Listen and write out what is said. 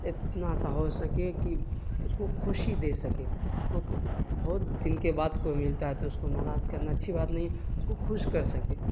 اتنا سا ہو سکے کہ اس کو خوشی دے سکے اس کو بہت دن کے بعد کوئی ملتا ہے تو اس کو ناراض کرنا اچھی بات نہیں اس کو خوش کر سکے